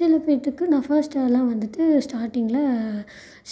சில பேர்துக்கு நான் ஃபஸ்ட் ஆளாக வந்துட்டு ஸ்டாட்டிங்கில்